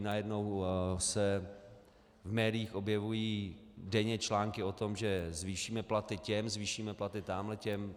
Najednou se v médiích objevují denně články o tom, že zvýšíme platy těm, zvýšíme platy tam těm.